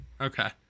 Okay